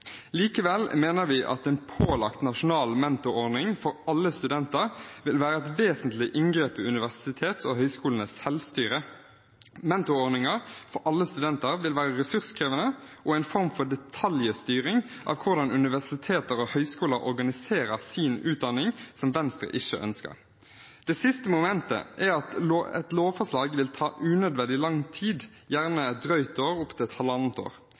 Likevel mener vi at en pålagt nasjonal mentorordning for alle studenter vil være et vesentlig inngrep i universitetenes og høyskolenes selvstyre. Mentorordninger for alle studenter vil være ressurskrevende og en form for detaljstyring av hvordan universiteter og høyskoler organiserer sin utdanning, som Venstre ikke ønsker. Det siste momentet er at et lovforslag vil ta unødvendig lang tid, gjerne opp til halvannet år. Regjeringen ønsker å få mentorordningen inn i budsjettet allerede til